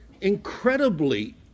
incredibly